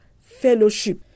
fellowship